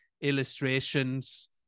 illustrations